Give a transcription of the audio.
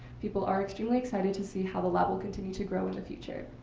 people are extremely excited to see how the lab will continue to grow in the future.